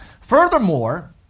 Furthermore